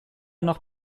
noch